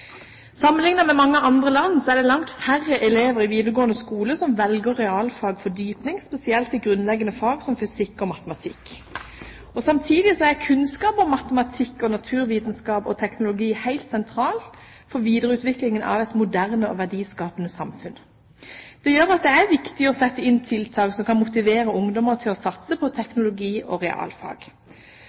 med mange andre land er det langt færre elever i videregående skole som velger realfaglig fordypning, spesielt i grunnleggende fag som fysikk og matematikk. Samtidig er kunnskap om matematikk, naturvitenskap og teknologi helt sentralt for videreutviklingen av et moderne og verdiskapende samfunn. Det gjør at det er viktig å sette inn tiltak som kan motivere ungdommer til å satse på teknologi- og realfag.